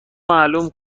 معلوم